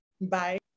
Bye